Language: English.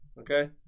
Okay